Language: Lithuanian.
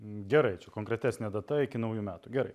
gerai čia konkretesnė data iki naujųjų metų gerai